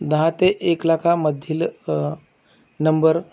दहा ते एक लाखामधील नंबर